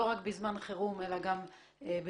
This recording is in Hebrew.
לא רק בזמן חירום אלא גם בשגרה.